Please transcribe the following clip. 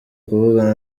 kuvugana